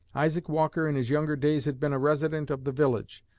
isaac walker in his younger days had been a resident of the village.